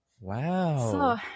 Wow